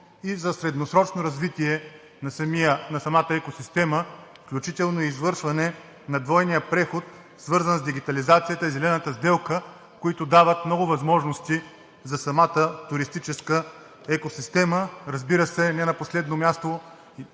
и за средносрочното развитие на самата екосистема, включително и извършване на двойния преход, свързан с дигитализацията и Зелената сделка, които дават много възможности за самата туристическа екосистема. Разбира се, не на последно място